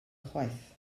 chwaith